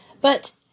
But